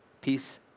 Peace